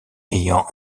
ayant